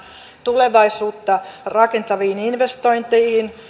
tulevaisuutta rakentaviin investointeihin